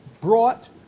brought